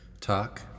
talk